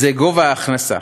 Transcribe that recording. היא גובה ההכנסה.